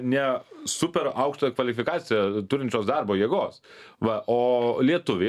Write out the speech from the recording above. ne super aukštą kvalifikaciją turinčios darbo jėgos va o lietuviai